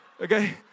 Okay